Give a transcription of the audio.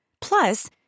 Plus